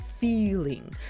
feeling